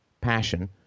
passion